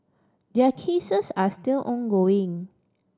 their cases are still ongoing